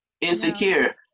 Insecure